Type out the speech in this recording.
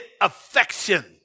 affection